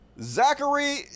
Zachary